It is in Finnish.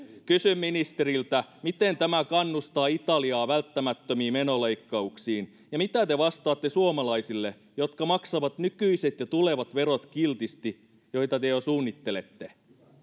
kysyn ministeriltä miten tämä kannustaa italiaa välttämättömiin menoleikkauksiin ja mitä te vastaatte suomalaisille jotka maksavat kiltisti nykyiset ja tulevat verot joita te jo suunnittelette